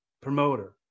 promoter